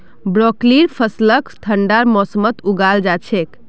ब्रोकलीर फसलक ठंडार मौसमत उगाल जा छेक